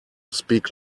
speak